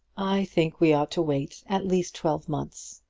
i think we ought to wait at least twelve months,